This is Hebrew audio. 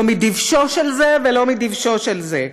לא מדבשו של זה ולא מדבשו של זה,